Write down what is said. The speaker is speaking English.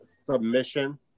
Submission